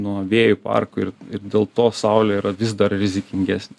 nuo vėjų parkų ir ir dėl to saulė yra vis dar rizikingesnė